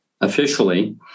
officially